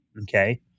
okay